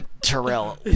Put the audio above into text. Terrell